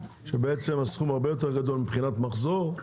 ובעצם הסכום הרבה יותר גדול מבחינת מחזור.